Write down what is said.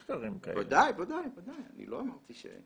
ודאי, אני לא אמרתי שאין.